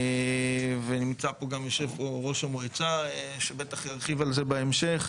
נמצא פה גם ראש המועצה שבוודאי ירחיב על זה בהמשך.